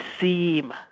seem